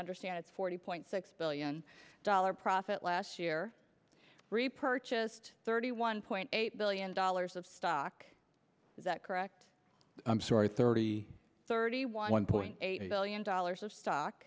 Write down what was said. understand it forty point six billion dollars profit last year repurchased thirty one point eight billion dollars of stock is that correct i'm sorry thirty thirty one point eight billion dollars of stock